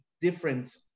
different